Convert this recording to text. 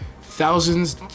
Thousands